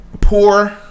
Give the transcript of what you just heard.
poor